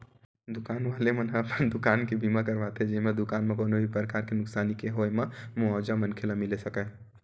दुकान वाले मन ह अपन दुकान के बीमा करवाथे जेमा दुकान म कोनो भी परकार ले नुकसानी के होय म मुवाजा मनखे ल मिले सकय